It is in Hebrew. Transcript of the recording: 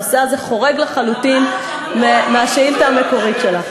הנושא הזה חורג לחלוטין מהשאילתה המקורית שלך.